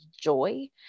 joy